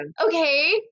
okay